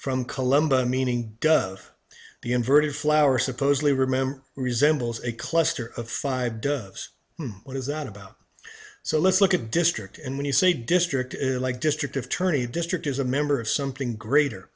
from columbus meaning does the inverted flower supposedly remember resembles a cluster of five does what is that about so let's look at district and when you say district like district attorney district is a member of something greater